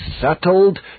settled